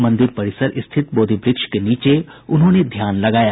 मंदिर परिसर में स्थित बोधिवृक्ष के नीचे उन्होंने ध्यान लगाया